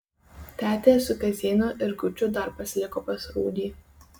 tetė su kazėnu ir guču dar pasiliko pas rūdį